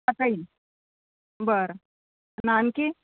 करता येईल बरं आन आणखी